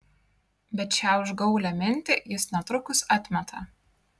bet šią užgaulią mintį jis netrukus atmeta